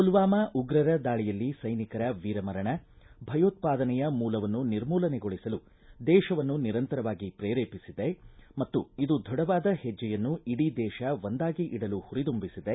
ಪುಲ್ವಾಮಾ ಉಗ್ರರ ದಾಳಿಯಲ್ಲಿ ಸೈನಿಕರ ವೀರಮರಣ ಭಯೋತ್ನಾದನೆಯ ಮೂಲವನ್ನು ನಿರ್ಮೂಲನೆಗೊಳಿಸಲು ದೇಶವನ್ನು ನಿರಂತರ ಪ್ರೇರೇಪಿಸಿದೆ ಮತ್ತು ಇದು ದೃಢವಾದ ಹೆಜ್ಜೆಯನ್ನು ಇಡೀ ದೇಶ ಒಂದಾಗಿ ಇಡಲು ಹುರಿದುಂಬಿಸಿದೆ